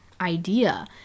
idea